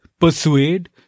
Persuade